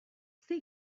zer